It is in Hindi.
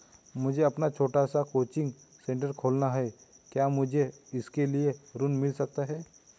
मुझे अपना छोटा सा कोचिंग सेंटर खोलना है क्या मुझे उसके लिए ऋण मिल सकता है?